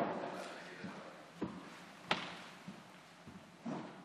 את הצעת חוק חדלות פירעון ושיקום כלכלי (תיקון